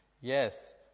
Yes